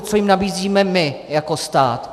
Co jim nabízíme my jako stát?